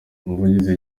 umuvugizi